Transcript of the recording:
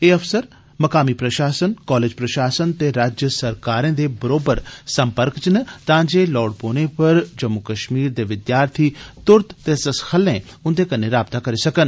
एह अफसर मकामी प्रषासन कालेज प्रषासन ते राज्य सरकारें दे बरोबर संपर्क च न तां जे लोड़ पौने पर जम्मू कष्मीर दे विद्यार्थिएं तुंरत ते सखल्ले उंदे कन्नै राबता बनाई सकन